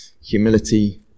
humility